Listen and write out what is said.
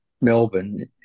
melbourne